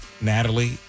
Natalie